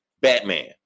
batman